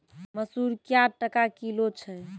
मसूर क्या टका किलो छ?